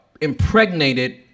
impregnated